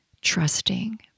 trusting